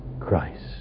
Christ